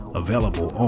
available